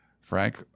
Frank